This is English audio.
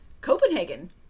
Copenhagen